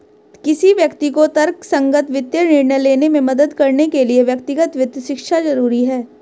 किसी व्यक्ति को तर्कसंगत वित्तीय निर्णय लेने में मदद करने के लिए व्यक्तिगत वित्त शिक्षा जरुरी है